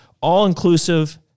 all-inclusive